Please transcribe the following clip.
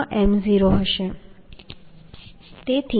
9Avnfu3 ɣm1fyAtgɣm0 હશે